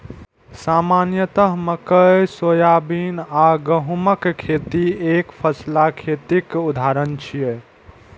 सामान्यतः मकइ, सोयाबीन आ गहूमक खेती एकफसला खेतीक उदाहरण छियै